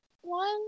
one